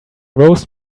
roast